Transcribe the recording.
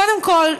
קודם כול,